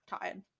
tired